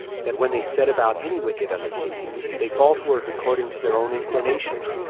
that when they set about any wicked undertakings, they fall to work according to their own inclinations,